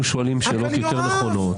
היינו שואלים שאלות יותר נכונות.